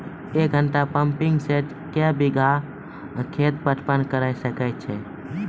एक घंटा pumping set क्या बीघा खेत पटवन है तो?